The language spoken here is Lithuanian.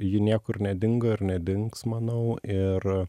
ji niekur nedingo ir nedings manau ir